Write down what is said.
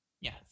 Yes